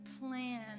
plan